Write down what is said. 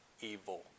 evil